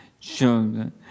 Children